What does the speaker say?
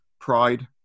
Pride